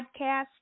podcast